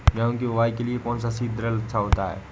गेहूँ की बुवाई के लिए कौन सा सीद्रिल अच्छा होता है?